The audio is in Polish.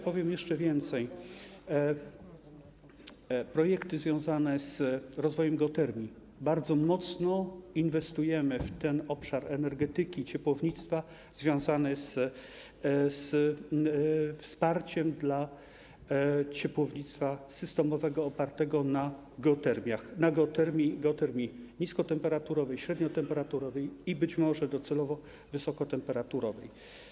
Powiem jeszcze więcej: realizujemy projekty związane z rozwojem geotermii, bardzo mocno inwestujemy w ten obszar energetyki i ciepłownictwa związany ze wsparciem dla ciepłownictwa systemowego opartego na geotermiach, na geotermii niskotemperaturowej, średniotemperaturowej i być może docelowo wysokotemperaturowej.